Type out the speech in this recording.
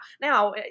now